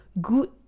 good